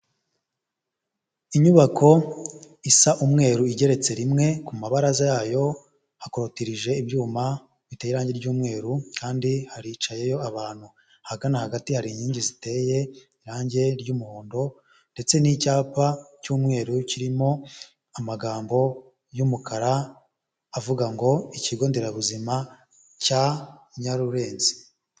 Inyubako isa umweru igeretse rimwe, ku mabaraza yayo hakorotirije ibyuma, biteye irange ry'umweru kandi hanicayeyo abantu, hagana hagati hari inkingi ziteye irange ry'umuhondo ndetse n'icyapa cy'umweru, kirimo amagambo y'umukara, avuga ngo ikigo nderabuzima cya Nyarurenzi.